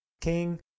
king